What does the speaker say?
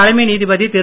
தலைமை நீதிபதி திரு